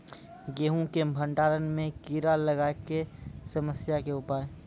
गेहूँ के भंडारण मे कीड़ा लागय के समस्या के उपाय?